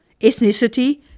ethnicity